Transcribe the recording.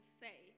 say